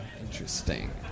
Interesting